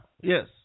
yes